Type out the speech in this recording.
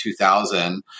2000